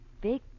big